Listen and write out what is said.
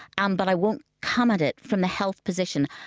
and but i won't come at it from the health position.